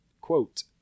quote